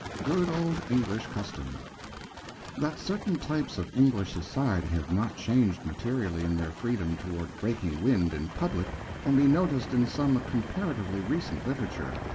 good old english custom that certain types of english society have not changed materially in their freedom toward breaking wind in public can be noticed in some comparatively recent literature.